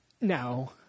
no